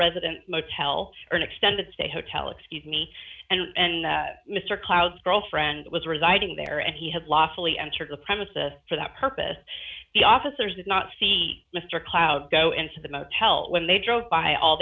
resident motel or an extended stay hotel excuse me and that mr klaus girlfriend was residing there and he had last fully entered the premises for that purpose the officers did not see mr klaus go into the motel when they drove by all